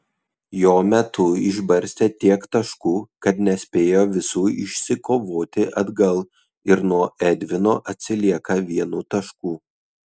jo metu išbarstė tiek taškų kad nespėjo visų išsikovoti atgal ir nuo edvino atsilieka vienu tašku